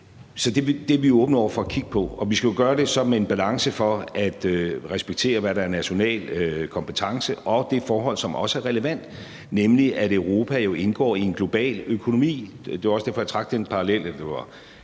Det er vi åbne over for at kigge på. Og vi skal gøre det med en balance for at respektere, hvad der er national kompetence, og det forhold, som også er relevant, nemlig at Europa jo indgår i en global økonomi. Det er også derfor, jeg trak den parallel